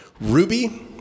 Ruby